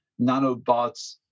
nanobots